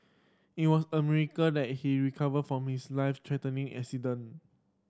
it was a miracle that he recovered from his life threatening accident